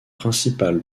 principale